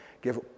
Give